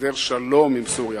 להסדר שלום עם סוריה.